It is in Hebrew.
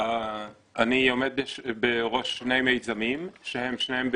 אני עומד בראש שני מיזמים שהם שניהם בתשתיות,